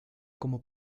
como